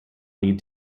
lead